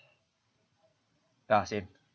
ah same